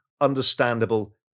understandable